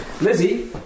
Lizzie